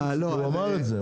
הוא אמר את זה.